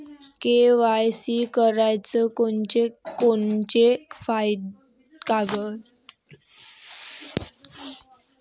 KYC कराच कोनचे कोनचे कागद लागते?